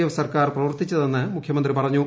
F സർക്കാർ പ്രവർത്തിച്ചതെന്ന് മുഖ്യമന്ത്രി പറഞ്ഞു